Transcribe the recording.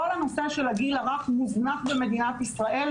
כל הנושא של הגיל הרך מוזנח במדינת ישראל.